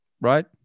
right